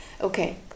Okay